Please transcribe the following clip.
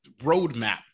roadmap